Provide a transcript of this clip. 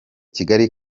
kigali